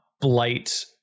Blight